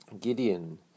Gideon